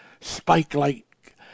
spike-like